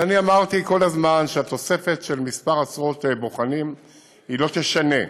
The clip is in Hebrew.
ואני אמרתי כל הזמן שהתוספת של כמה עשרות בוחנים לא תשנה,